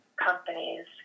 companies